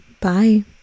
Bye